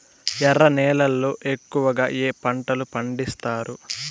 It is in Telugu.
ఎర్ర నేలల్లో ఎక్కువగా ఏ పంటలు పండిస్తారు